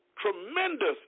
tremendous